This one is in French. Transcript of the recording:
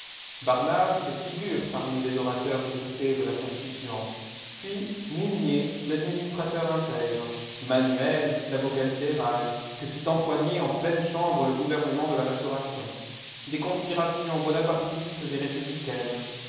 barnave fait figure parmi les orateurs écoutés de la constituante puismounier l'administrateur intègre manuel l'avocat libéral que fit empoigner en pleine chambre le gouvernement de la restauration des conspirations bonapartistes et républicaines